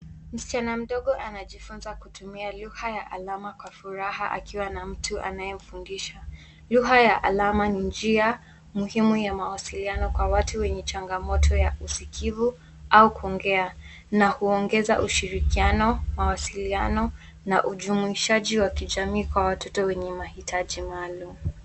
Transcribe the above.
Msichana mdogo anajifunza kutumia lugha ya alama kwa furaha akiwa na mtu anayemfundisha. Lugha ya alama ni njia muhimu ya mawasiliano kwa watu wenye changamoto ya usikivu au kuongea na huongeza ushirikiano, mawasiliano na ujumuishaji wa kijamii kwa watoto wenye mahitaji maalum.